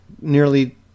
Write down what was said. nearly